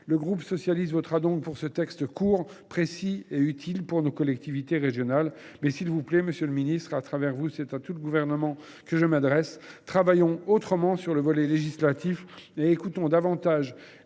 Le groupe socialiste votera en faveur de ce texte court, précis et utile pour nos collectivités régionales. S’il vous plaît, monsieur le ministre, et à travers vous c’est à tout le Gouvernement que je m’adresse, travaillons autrement sur le volet législatif et écoutons davantage